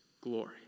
glory